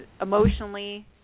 emotionally